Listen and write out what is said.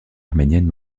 arménienne